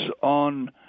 on